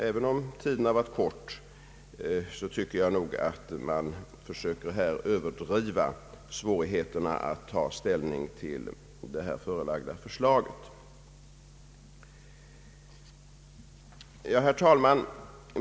Även om tiden har varit kort tycker jag att man här försöker överdriva svårigheterna när det gäller att ta ställning till det framförda förslaget. Herr talman!